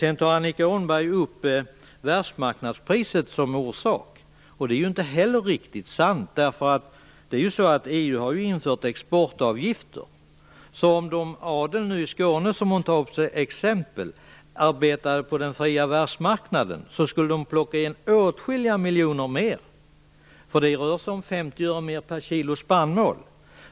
Sedan tog Annika Åhnberg upp världsmarknadspriset som orsak. Det är ju inte heller riktigt sant. EU Annika Åhnberg tog upp som exempel - arbetade på den fria världsmarknaden skulle man plocka in åtskilliga miljoner mer. Det rör sig om 50 öre mer per kilo spannmål.